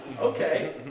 Okay